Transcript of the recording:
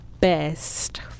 best